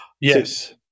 Yes